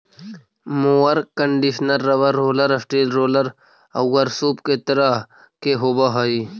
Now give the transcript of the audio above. mower conditioner rubber roller, steel roller औउर सूप के तरह के होवऽ हई